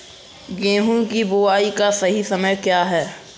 गेहूँ की बुआई का सही समय क्या है?